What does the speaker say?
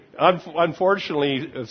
Unfortunately